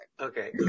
Okay